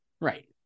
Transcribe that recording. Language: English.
right